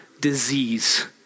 disease